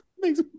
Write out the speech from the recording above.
makes